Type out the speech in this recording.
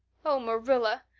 oh, marilla,